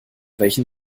welchen